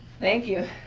thank you.